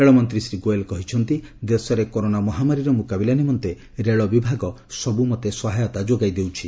ରେଳମନ୍ତ୍ରୀ ଶ୍ରୀ ଗୋୟଲ୍ କହିଛନ୍ତି ଦେଶରେ କରୋନା ମହାମାରୀର ମୁକାବିଲା ନିମନ୍ତେ ରେଳ ବିଭାଗ ସବୁମତେ ସହାୟତା ଯୋଗାଇ ଦେଇଛି